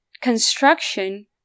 construction